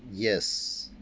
yes